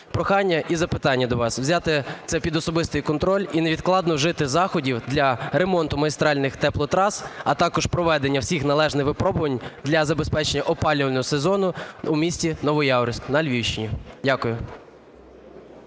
Прохання і запитання до вас. Взяти це під особистий контроль і невідкладно вжити заходів для ремонту магістральних теплотрас, а також проведення всіх належних випробувань для забезпечення опалювального сезону у місті Новояворівськ на Львівщині. Дякую.